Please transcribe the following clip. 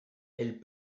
elles